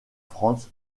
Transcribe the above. franz